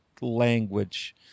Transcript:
language